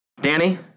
Danny